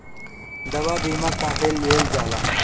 दवा बीमा काहे लियल जाला?